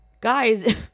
guys